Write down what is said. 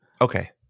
Okay